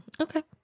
Okay